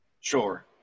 Sure